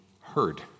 heard